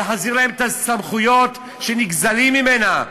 להחזיר לה את הסמכויות שנגזלות ממנה.